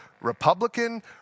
Republican